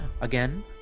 again